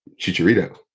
Chicharito